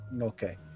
Okay